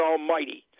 Almighty